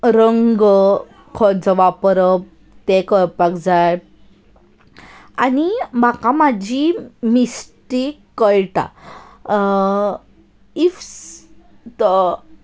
रंग खंयचो वापरप तें कळपाक जाय आनी म्हाका म्हजी मिस्टेक कळटा इफ्स तो